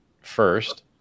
first